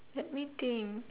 let me think